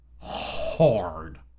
hard